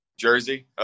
Jersey